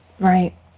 Right